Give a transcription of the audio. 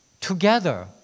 together